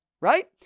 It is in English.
right